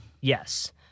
Yes